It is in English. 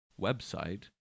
website